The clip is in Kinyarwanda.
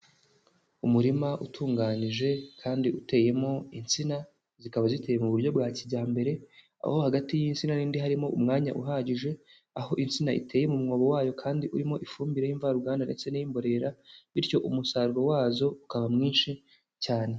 Umurima utunganyije, kandi uteyemo insina, zikaba ziteye mu buryo bwa kijyambere. Aho hagati y'insina n'ndi harimo umwanya uhagije, aho insina iteye mu mwobo wayo kandi urimo ifumbire y'imvaruganda ndetse n'imborera. Bityo umusaruro wazo ukaba mwinshi cyane.